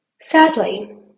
Sadly